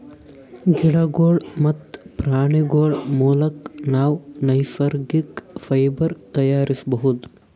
ಗಿಡಗೋಳ್ ಮತ್ತ್ ಪ್ರಾಣಿಗೋಳ್ ಮುಲಕ್ ನಾವ್ ನೈಸರ್ಗಿಕ್ ಫೈಬರ್ ತಯಾರಿಸ್ಬಹುದ್